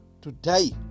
today